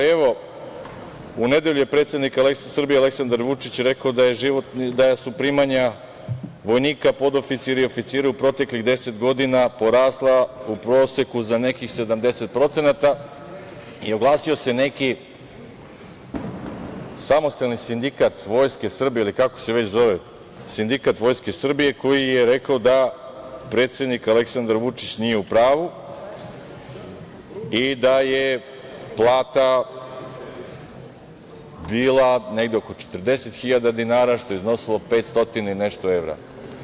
U nedelju je predsednik Srbije, Aleksandar Vučić rekao da su primanja vojnika, podoficira i oficira u proteklih 10 godina porasla u proseku za nekih 70% i oglasio se neki Samostalni sindikat Vojske Srbije ili kako se već zove Sindikat Vojske Srbije, koji je rekao da predsednik Aleksandar Vučić nije u pravu i da je plata bila negde oko 40.000 dinara, što je iznosilo 500 i nešto evra.